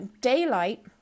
daylight